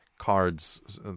cards